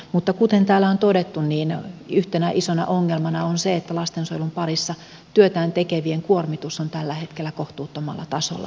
mutta kuten täällä on todettu niin yhtenä isona ongelmana on se että lastensuojelun parissa työtään tekevien kuormitus on tällä hetkellä kohtuuttomalla tasolla